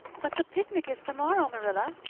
but the picnic is tomorrow, marilla,